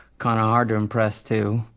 kinda hard to impress too.